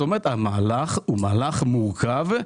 זאת אומרת המהלך הוא מהלך מורכב,